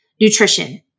nutrition